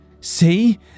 See